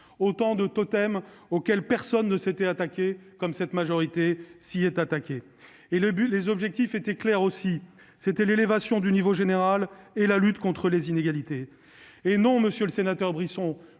Autant de totems auxquels personne ne s'était attaqué comme cette majorité l'a fait. Les objectifs étaient clairs, aussi : l'élévation du niveau général et la lutte contre les inégalités. Non, monsieur le sénateur Brisson,